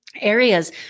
Areas